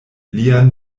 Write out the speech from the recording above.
lian